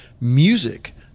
music